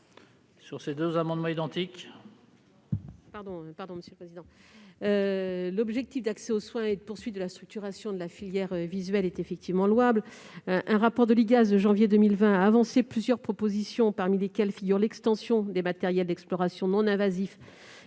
de deux amendements identiques.